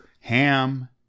Ham